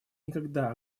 никогда